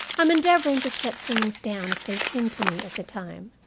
am endeavoring to set things down as they seemed to me at the time,